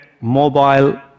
mobile